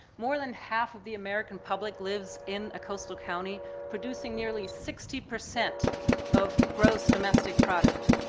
more than half of the american public lives in a coastal county producing nearly sixty percent of gross domestic product.